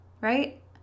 right